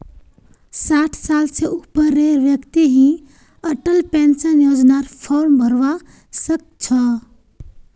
साठ साल स ऊपरेर व्यक्ति ही अटल पेन्शन योजनार फार्म भरवा सक छह